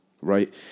right